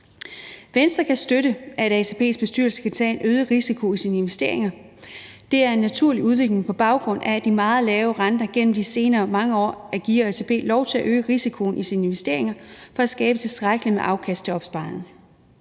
Venstre kan støtte, at ATP's bestyrelse kan tage en øget risiko i sine investeringer. Det er en naturlig udvikling på baggrund af de meget lave renter igennem de senere mange år at give ATP lov til at øge risikoen i sine investeringer for at skabe tilstrækkeligt med afkast til opsparingerne.